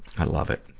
i love it.